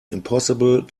impossible